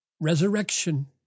resurrection